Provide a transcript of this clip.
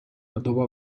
dopo